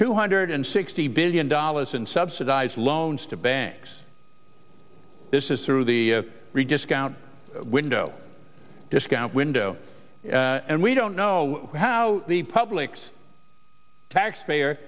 two hundred sixty billion dollars in subsidized loans to banks this is through the rediscount window discount window and we don't know how the public's taxpayer